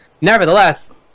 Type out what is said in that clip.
nevertheless